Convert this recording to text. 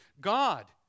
God